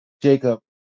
Jacob